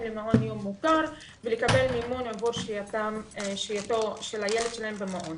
למעון יום מוכר ולקבל מימון עבור שהייתו של הילד שלהם במעון,